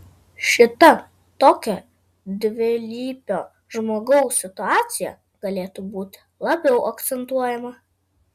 šita tokio dvilypio žmogaus situacija galėtų būti labiau akcentuojama